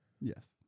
Yes